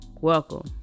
welcome